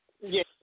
Yes